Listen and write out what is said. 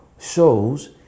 shows